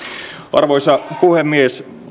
arvoisa puhemies